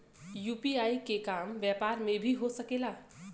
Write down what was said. UPI के काम व्यापार में भी हो सके ला?